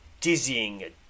Dizzying